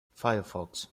firefox